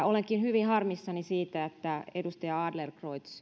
olenkin hyvin harmissani siitä että edustaja adlercreutz